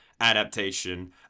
adaptation